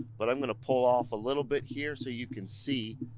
but i'm gonna pull off a little bit here so you can see,